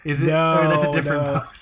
No